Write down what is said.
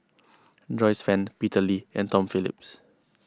Joyce Fan Peter Lee and Tom Phillips